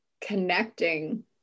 connecting